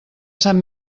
sant